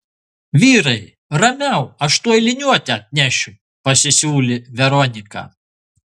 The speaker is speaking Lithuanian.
vyrai ramiau aš tuoj liniuotę atnešiu pasisiūlė veronika